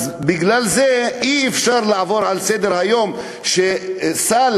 אז בגלל זה אי-אפשר לעבור לסדר-היום כשסל